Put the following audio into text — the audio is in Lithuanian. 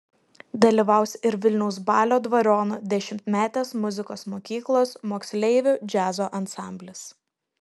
dalyvaus ir vilniaus balio dvariono dešimtmetės muzikos mokyklos moksleivių džiazo ansamblis